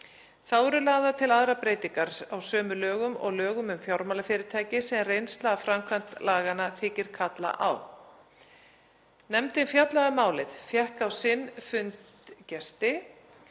Þá eru lagðar til aðrar breytingar á sömu lögum og lögum um fjármálafyrirtæki sem reynsla af framkvæmd laganna þykir kalla á. Nefndin fjallaði um málið og fékk á sinn fund gesti